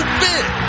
big